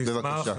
אני אשמח.